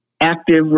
active